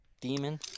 demon